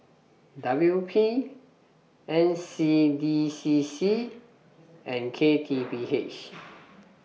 W P N C D C C and K T P H